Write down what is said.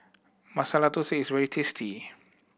Masala Thosai is very tasty